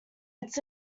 its